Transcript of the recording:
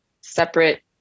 separate